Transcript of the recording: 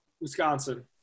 Wisconsin